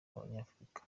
abanyafurika